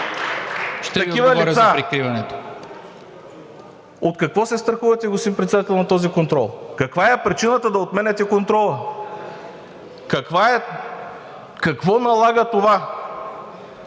Ще Ви отговоря за прикриването.